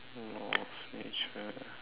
law of nature